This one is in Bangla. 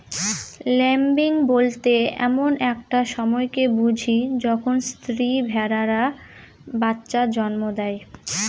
ল্যাম্বিং বলতে এমন একটা সময়কে বুঝি যখন স্ত্রী ভেড়ারা বাচ্চা জন্ম দেয়